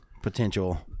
potential